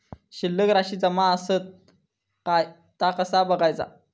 शिल्लक राशी जमा आसत काय ता कसा बगायचा?